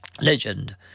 Legend